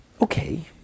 Okay